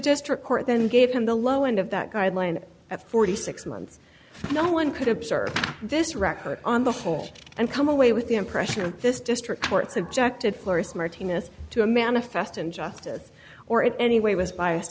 district court then gave him the low end of that guideline at forty six months no one could observe this record on the whole and come away with the impression of this district court subjected florists martina's to a manifest injustice or it anyway was biased